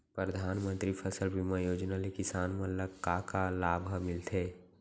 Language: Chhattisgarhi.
परधानमंतरी फसल बीमा योजना ले किसान मन ला का का लाभ ह मिलथे?